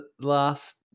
last